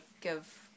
give